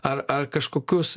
ar ar kažkokius